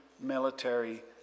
military